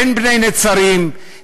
אין בני-נצרים,